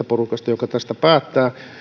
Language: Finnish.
porukasta joka tästä päättää